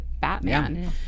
Batman